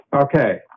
Okay